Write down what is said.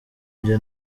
njye